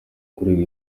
kugezwa